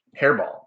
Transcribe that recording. Hairball